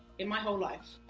in my whole life.